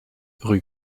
rue